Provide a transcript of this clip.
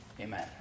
Amen